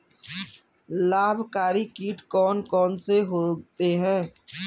लाभकारी कीट कौन कौन से होते हैं?